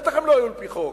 בטח שהם לא היו על-פי חוק.